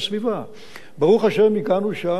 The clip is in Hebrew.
ברוך השם הגענו שם לשיתוף פעולה